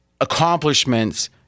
accomplishments